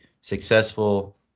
successful